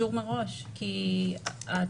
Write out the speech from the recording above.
אישור מראש כי התקופה,